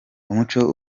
umuco